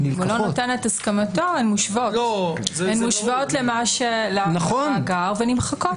אם הוא לא נותן את הסכמתו הן מושוות למאגר ונמחקות.